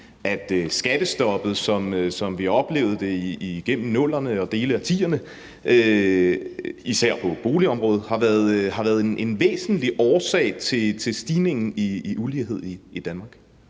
at skattestoppet, som vi oplevede det igennem 00'erne og dele af 2010'erne, især på boligområdet, har været en væsentlig årsag til stigningen i uligheden i Danmark.